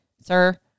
sir